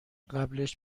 قبلش